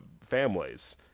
families